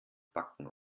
backen